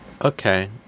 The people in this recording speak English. Okay